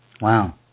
wow